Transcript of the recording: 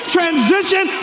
Transition